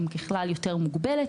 יותר מוגבלת.